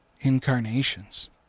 incarnations